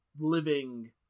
living